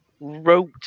wrote